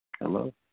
Hello